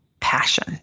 passion